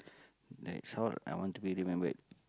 like some I want to be remembered